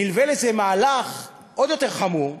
נלווה לזה מהלך עוד יותר חמור,